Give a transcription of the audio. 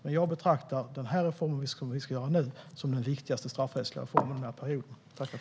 Men jag betraktar den reform som vi nu ska göra som den viktigaste straffrättsliga reformen under denna period.